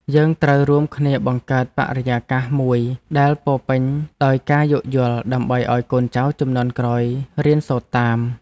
យើងត្រូវរួមគ្នាបង្កើតបរិយាកាសមួយដែលពោរពេញដោយការយោគយល់ដើម្បីឱ្យកូនចៅជំនាន់ក្រោយរៀនសូត្រតាម។